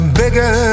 bigger